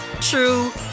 true